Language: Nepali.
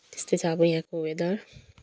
त्यस्तै छ अब यहाँको वेदर